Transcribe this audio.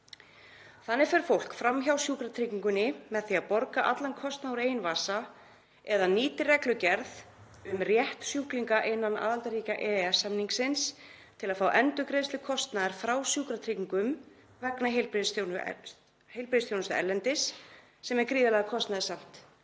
Þannig fer fólk fram hjá sjúkratryggingunni með því að borga allan kostnað úr eigin vasa eða nýtir reglugerð um rétt sjúklinga innan aðildarríkja EES-samningsins til að fá endurgreiðslu kostnaðar frá Sjúkratryggingum vegna heilbrigðisþjónustu erlendis, sem er gríðarlega kostnaðarsamt